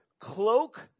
cloak